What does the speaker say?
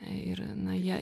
ir na jie